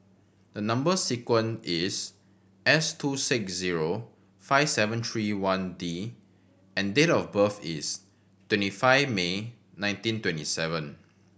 the number sequence is S two six zero five seven three one D and date of birth is twenty five May nineteen twenty seven